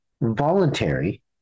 voluntary